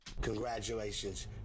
Congratulations